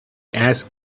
asked